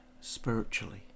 spiritually